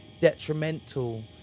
detrimental